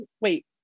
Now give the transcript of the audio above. wait